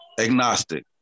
Agnostic